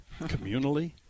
communally